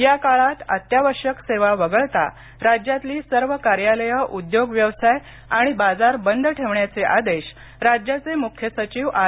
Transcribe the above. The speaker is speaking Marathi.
या काळात अत्यावश्यक सेवा वगळता राज्यातली सर्व कार्यालयं उद्योग व्यवसाय आणि बाजार बंद ठेवण्याचे आदेश राज्याचे मुख्य सचिव आर